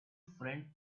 friend